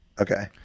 okay